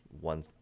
one